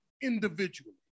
individually